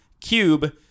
cube